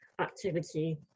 activity